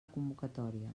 convocatòria